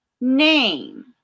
name